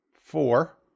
four